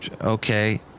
okay